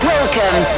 Welcome